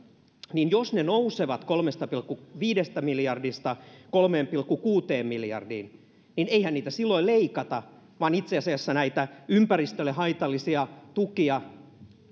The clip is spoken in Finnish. jos ne nousevat kolmesta pilkku viidestä miljardista kolmeen pilkku kuuteen miljardiin niin eihän niitä silloin leikata vaan itse asiassa näitä ympäristölle haitallisia tukia